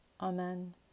Amen